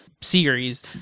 series